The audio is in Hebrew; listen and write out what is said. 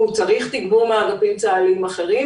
הוא צריך תגבור מאגפים צה"ליים אחרים,